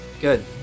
Good